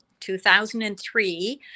2003